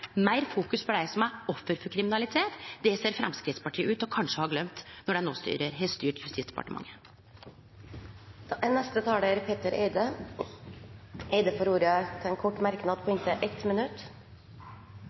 Meir fokus på dei som er offer for kriminalitet – det ser Framstegspartiet ut til kanskje å ha gløymt når dei no har styrt Justisdepartementet. Petter Eide har hatt ordet to ganger og får ordet til en kort merknad,